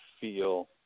feel